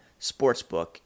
sportsbook